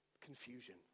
Confusion